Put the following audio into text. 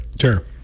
Sure